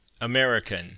American